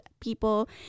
people